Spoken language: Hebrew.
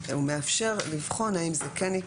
הוא מאפשר לבחון האם זה כן עיקר,